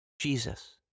Jesus